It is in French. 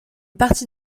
partie